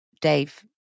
Dave